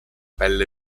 pelle